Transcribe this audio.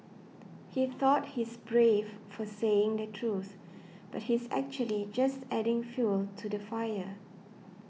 he thought he's brave for saying the truth but he's actually just adding fuel to the fire